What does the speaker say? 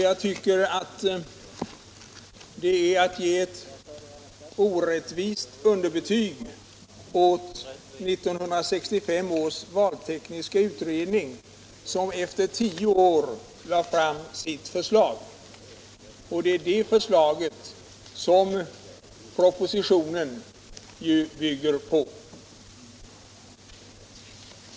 Jag tycker att herr Johanssons uttalanden f. ö. är ett orättvist underbetyg åt 1965 års valtekniska utredning, som efter många års arbete lade fram sitt förslag, vilket årets proposition bygger på.